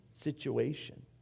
situation